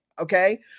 Okay